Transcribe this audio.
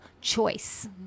choice